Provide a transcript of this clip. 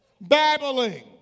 Babbling